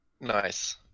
Nice